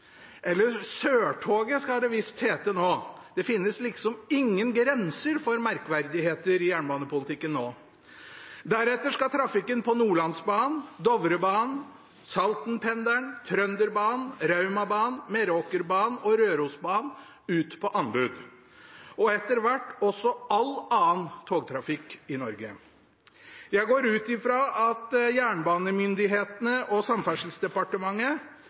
eller Sørtoget, skal det visst hete nå. Det finnes liksom ingen grenser for merkverdigheter i jernbanepolitikken nå. Deretter skal trafikken på Nordlandsbanen, Dovrebanen, Saltenpendelen, Trønderbanen, Raumabanen, Meråkerbanen og Rørosbanen ut på anbud og etter hvert også all annen togtrafikk i Norge. Jeg går ut fra at jernbanemyndighetene og Samferdselsdepartementet